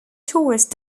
tourist